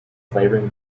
flavouring